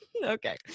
okay